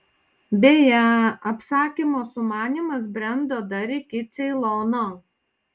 beje apsakymo sumanymas brendo dar iki ceilono